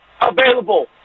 available